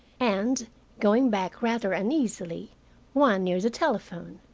and going back rather uneasily one near the telephone.